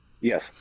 Yes